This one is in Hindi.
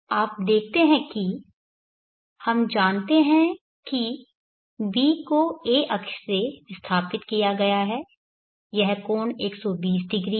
आप देखते हैं कि हम जानते हैं कि b को a अक्ष से विस्थापित किया गया है यह कोण 1200 है